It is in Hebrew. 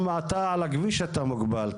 גם על הכביש אתה מוגבל.